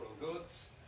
goods